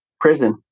prison